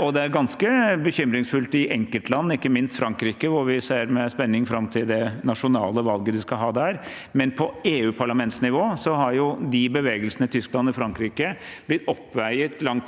og det er ganske bekymringsfullt i enkeltland, ikke minst Frankrike, hvor vi ser med spenning fram til det nasjonale valget de skal ha der. Samtidig, på EU-parlamentsnivå har de bevegelsene i Tyskland og Frankrike langt på vei